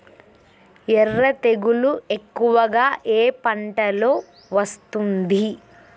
ఎర్ర తెగులు ఎక్కువగా ఏ పంటలో వస్తుంది?